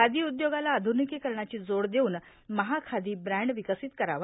खादी उद्योगाला आध्रनिकीकरणाची जोड देवून महाखादी ब्रॅण्ड विकसित करावा